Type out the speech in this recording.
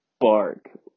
bark